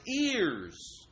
ears